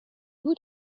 بود